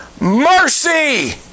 mercy